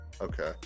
Okay